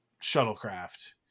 shuttlecraft